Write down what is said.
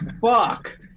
Fuck